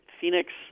Phoenix